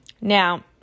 Now